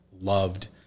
loved